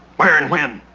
where and when?